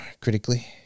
critically